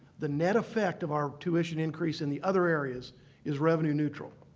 the net effect of our tuition increase in the other areas is revenue neutral.